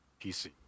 PC